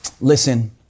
Listen